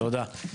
תודה.